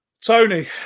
Tony